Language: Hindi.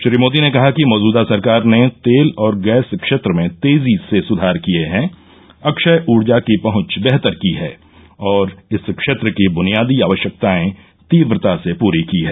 श्री मोदी ने कहा कि मौजूदा सरकार ने तेल और गैस क्षेत्र में तेजी से संधार किए हैं अक्षय ऊर्जा की पहच बेहतर की है और इस क्षेत्र की बुनियादी आवश्यकताएं तीव्रता से पूरी की है